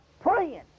praying